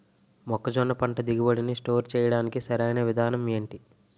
మొక్కజొన్న పంట దిగుబడి నీ స్టోర్ చేయడానికి సరియైన విధానం ఎంటి?